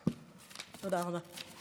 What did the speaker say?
תודה רבה.